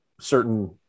certain